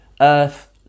Earth